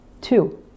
Two